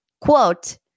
Quote